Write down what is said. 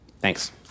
Thanks